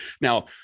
Now